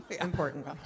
important